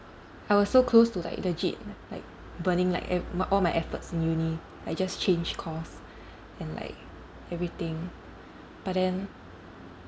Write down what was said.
I was so close to like legit like burning like ev~ all my efforts in uni I just change course and like everything but then